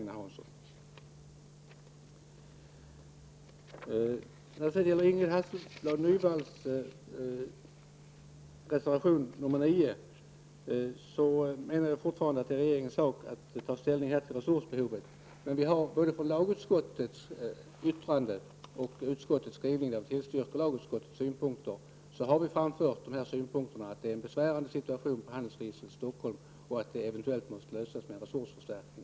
När det gäller Ingrid Hasselström Nyvalls reservation nr 9 anser jag fortfarande att det är regeringens sak att ta ställning till behovet av resurser. Men både i lagutskottets yttrande och i utskottets skrivning, som tillstyrker lagutskottets synpunkter, framförs att situationen är besvärande för handelsregistret i Stockholm och att problemet eventuellt måste lösas genom en resursförstärkning.